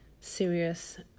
serious